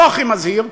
לא הכי מזהיר,